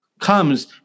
Comes